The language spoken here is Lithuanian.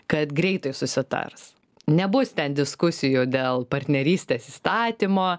kad greitai susitars nebus ten diskusijų dėl partnerystės įstatymo